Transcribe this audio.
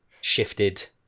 shifted